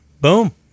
Boom